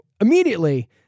immediately